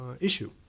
issue